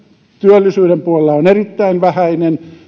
työllisyyden puolella on erittäin vähäinen